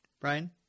Brian